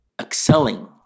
excelling